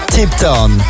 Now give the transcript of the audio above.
Tipton